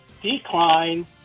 decline